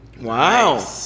Wow